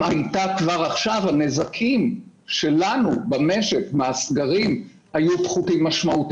ואם היא הייתה הנזקים שלנו למשק מהסגרים היו פחותים ובהתאם